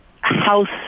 House